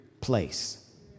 place